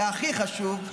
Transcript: והכי חשוב,